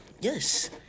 Yes